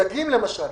דגים למשל.